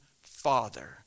Father